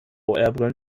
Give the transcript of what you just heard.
brillen